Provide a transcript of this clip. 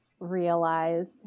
realized